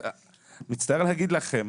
אני מצטער לומר לכם.